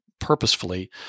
purposefully